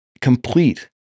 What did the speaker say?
complete